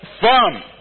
firm